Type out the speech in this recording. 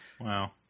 Wow